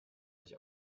sich